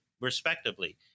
respectively